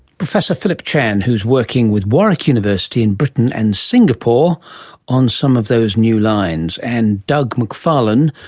professor philip chan, who is working with warwick university in britain and singapore on some of those new lines. and doug macfarlane,